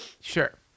Sure